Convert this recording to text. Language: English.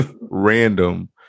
random